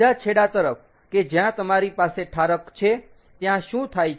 બીજા છેડા તરફ કે જ્યાં તમારી પાસે ઠારક છે ત્યાં શું થાય છે